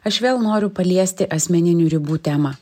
aš vėl noriu paliesti asmeninių ribų temą